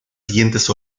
siguientes